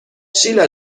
شیلا